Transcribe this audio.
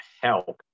help